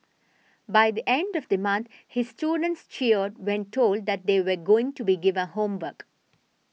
by the end of the month his students cheered when told that they were going to be given homework